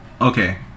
Okay